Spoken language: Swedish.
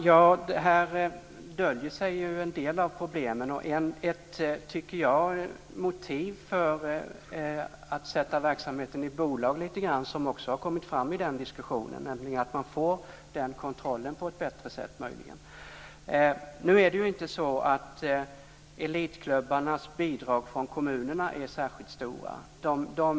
Fru talman! Här döljer sig ju en del av problemen och ett motiv för att låta verksamheten övergå i bolagsform som också har kommit fram i den diskussionen. Då skulle man möjligen få kontroll över detta på ett bättre sätt. Nu är ju inte elitklubbarnas bidrag från kommunerna särskilt stora.